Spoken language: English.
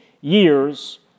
years